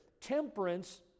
Temperance